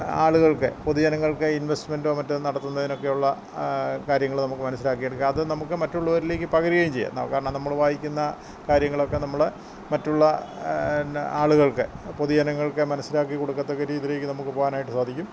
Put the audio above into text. ആളുകൾക്കു പൊതുജനങ്ങൾക്ക് ഇൻവെസ്റ്റ്മെൻറ്റോ മറ്റോ നടത്തുന്നതിനൊക്കെയുള്ള കാര്യങ്ങൾ നമുക്ക് മനസ്സിലാക്കിയെടുക്കുക അതു നമുക്ക് മറ്റുള്ളവരിലേക്കു പകരുകയും ചെയ്യാം കാരണം നമ്മൾ വായിക്കുന്ന കാര്യങ്ങളൊക്കെ നമ്മൾ മറ്റുള്ള എന്നാൽ ആളുകൾക്ക് പൊതുജനങ്ങൾക്ക് മനസ്സിലാക്കി കൊടുക്കത്തക്ക രീതിയിലേക്ക് നമുക്ക് പോകാനായിട്ട് സാധിക്കും